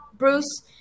Bruce